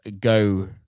go